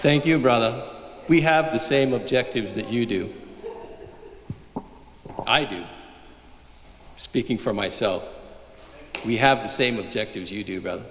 thank you brother we have the same objectives that you do i do speaking for myself we have the same objectives you do